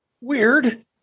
Weird